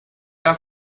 are